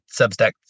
Substack